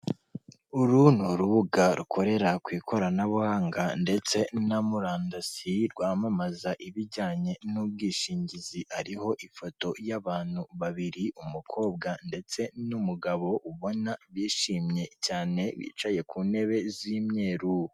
Uru ni urubuga rukorera ku ikoranabuhanga ndetse na murandasi rwamamaza ibijyanye n'ubwishingizi hariho ifoto y'abantu babiri umukobwa ndetse n'umugabo ubona bishimye cyane bicaye ku ntebe z'imyeru.